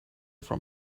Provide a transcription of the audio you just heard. from